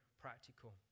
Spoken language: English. practical